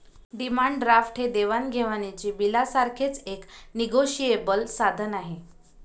demand draft हे देवाण घेवाणीच्या बिलासारखेच एक निगोशिएबल साधन आहे